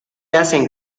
hacen